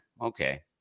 Okay